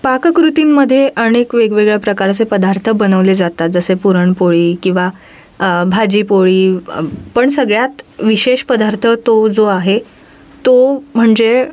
पाककृतींमध्ये अनेक वेगवेगळ्या प्रकारचे पदार्थ बनवले जातात जसे पुरणपोळी किंवा भाजीपोळी पण सगळ्यात विशेष पदार्थ तो जो आहे तो म्हणजे